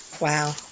Wow